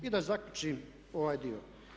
I da zaključim ovaj dio.